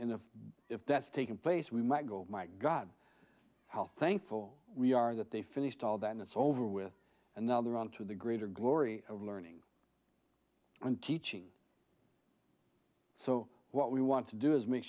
the if that's taken place we might go my god how thankful we are that they finished all that it's over with and now they're on to the greater glory of learning and teaching so what we want to do is make